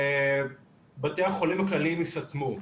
בתי החולים הכלליים יסתמו.